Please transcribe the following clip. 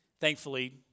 Thankfully